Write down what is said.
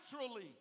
naturally